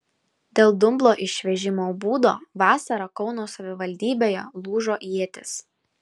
dėl dumblo išvežimo būdo vasarą kauno savivaldybėje lūžo ietys